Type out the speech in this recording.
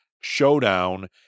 showdown